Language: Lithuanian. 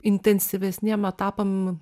intensyvesniem etapam